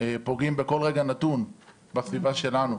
פוגעים בכל רגע נתון בסביבה שלנו.